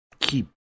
keep